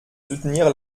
soutenir